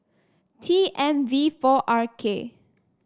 T M V four R K